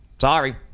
Sorry